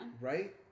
Right